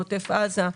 בעוטף עזה,